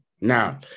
Now